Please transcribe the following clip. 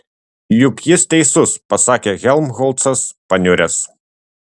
juk jis teisus pasakė helmholcas paniuręs